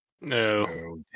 No